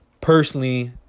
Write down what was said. Personally